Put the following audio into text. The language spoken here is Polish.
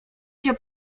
się